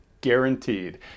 Guaranteed